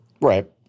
right